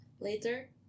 Later